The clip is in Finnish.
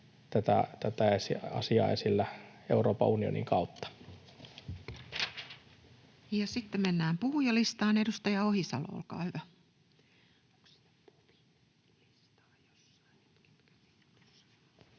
tätä asiaa esillä Euroopan unionin kautta. Ja sitten mennään puhujalistaan. — Edustaja Ohisalo, olkaa hyvä. Arvoisa puhemies! Kehityspolitiikka